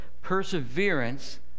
perseverance